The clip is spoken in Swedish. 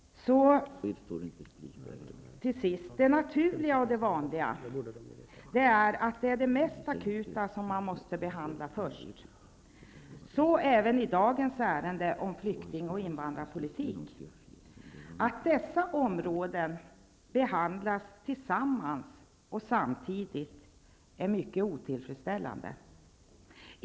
Det naturliga och det vanliga är att det är det mest akuta som man måste behandla förs, och så även i dagens ärende om flykting och invandrarpolitik. Att dessa områden behandlas tillsammans och samtidigt är otillfredsställande.